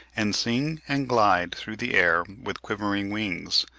and sing and glide through the air with quivering wings,